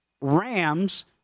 Rams